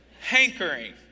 Hankering